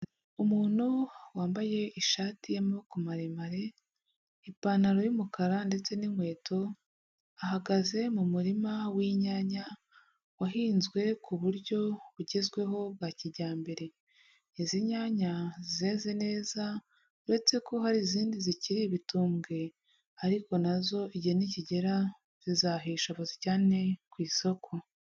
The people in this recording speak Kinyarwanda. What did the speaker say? Umuntu wambaye ishati y'amaboko maremare, ipantaro y'umukara ndetse n'inkweto, ahagaze mu murima w'inyanya wahinzwe ku buryo bugezweho bwa kijyambere. Izi nyanya zeze neza uretse ko hari izindi zikiri ibitumbwe ariko nazo igihe nikigera zizahisha bazijyane ku isoko.